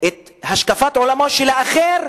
את השקפת עולמו של האחר,